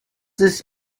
this